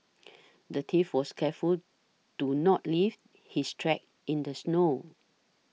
the thief was careful to not leave his tracks in the snow